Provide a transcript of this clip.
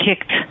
kicked